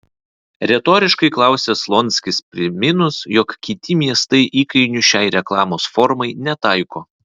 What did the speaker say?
retoriškai klausia slonskis priminus jog kiti miestai įkainių šiai reklamos formai netaiko